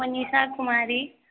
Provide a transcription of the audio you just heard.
Manisha Kumari